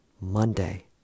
Monday